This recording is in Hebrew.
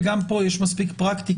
וגם פה יש מספיק פרקטיקה.